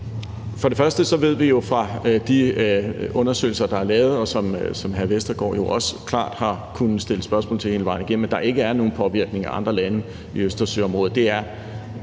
For det første ved vi jo fra de undersøgelser, der er lavet, og som hr. Rasmus Vestergaard Madsen jo også har kunnet stille spørgsmål til hele vejen igennem, at der ikke er nogen påvirkning af andre lande i Østersøområdet.